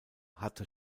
hatte